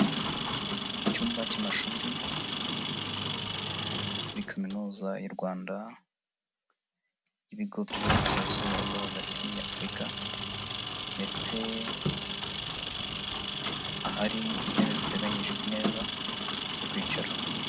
Icyumba cy'amashuri muri Kaminuza y'u Rwanda, ibigo by'iburasirazuba bwo hagati y' Afurika ndetse ahari intebe ziteganyijwe neza zo kwicaraho.